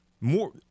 more